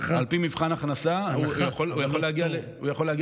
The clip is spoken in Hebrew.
על פי מבחן הכנסה, זה יכול להגיע ל-90%.